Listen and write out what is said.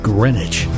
Greenwich